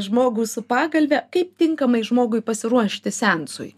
žmogų su pagalve kaip tinkamai žmogui pasiruošti seansui